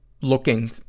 looking